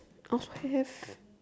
I also have